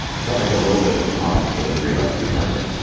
it felt like a little bit of a tonic for the three of us to be part of it.